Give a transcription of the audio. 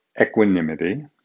equanimity